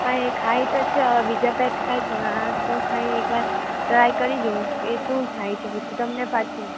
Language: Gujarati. હા એ ખાય તો છે હવે બીજા પેટ ખાય છે હવે આ શું ખાય એ એક વાર ટ્રાય કરી જોવું એ શું થાય છે પછી તમને પાછી